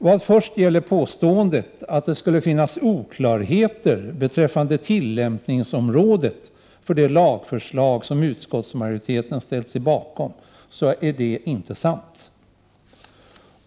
Vad först gäller påståendet om oklarheter beträffande tillämpningsområdet för det lagförslag som utskottsmajoriteten ställt sig bakom, så är det inte sant.